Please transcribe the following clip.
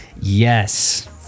yes